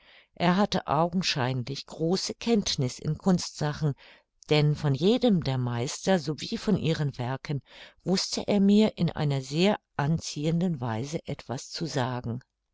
er hatte augenscheinlich große kenntniß in kunstsachen denn von jedem der meister sowie von ihren werken wußte er mir in einer sehr anziehenden weise etwas zu sagen